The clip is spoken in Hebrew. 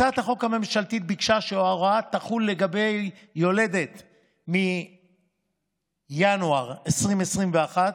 הצעת החוק הממשלתית ביקשה שההוראה תחול לגבי יולדת מינואר 2021,